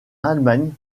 allemagne